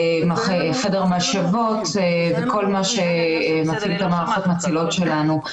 חדר משאבות וכל מה שמחזיק את המערכות המצילות שלנו.